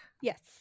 Yes